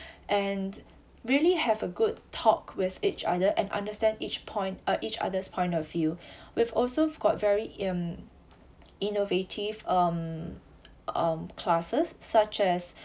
and really have a good talk with each other and understand each point uh each other's point of view we've also got very in~ innovative um um classes such as